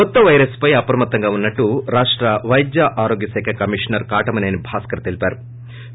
కొత్త వైరస్పై అమ్రమత్తంగా ఉన్నట్టు రాష్ట వైద్య ఆరోగ్య శాఖ కమిషనర్ కాటమనేని భాస్కర్ తెలిపారు